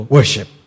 worship